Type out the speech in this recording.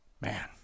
man